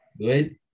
good